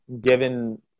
given